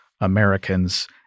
Americans